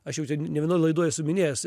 aš jau ne vienoj laidoj esu minėjęs